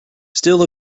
still